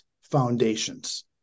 foundations